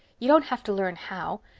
you don't have to learn how.